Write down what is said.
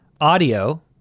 audio